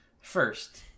First